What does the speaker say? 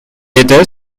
était